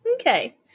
Okay